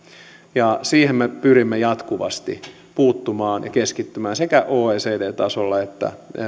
ja siihen me pyrimme jatkuvasti puuttumaan ja keskittymään sekä oecdn tasolla että